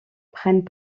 prennent